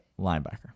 linebacker